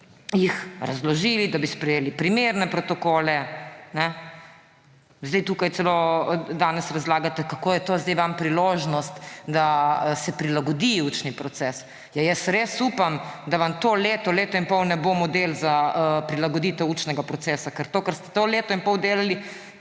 jih razložili, da bi sprejeli primerne protokole. Zdaj tukaj celo danes razlagate, kako je to zdaj vaša priložnost, da se prilagodi učni proces. Ja, jaz res upam, da vam to leto, leto in pol ne bo model za prilagoditev učnega procesa. Ker to, kar ste to leto in pol delali,